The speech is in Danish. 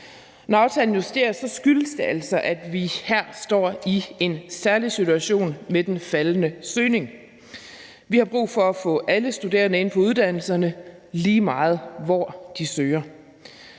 Når aftalen justeres, skyldes det altså, at vi her står i en særlig situation med den faldende søgning, og vi har brug for at få alle studerende ind på uddannelserne, lige meget hvor de søger.